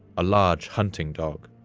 a large hunting dog.